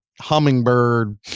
hummingbird